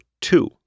two